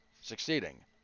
succeeding